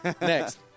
Next